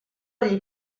gli